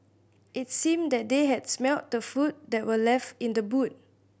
it seemed that they had smelt the food that were left in the boot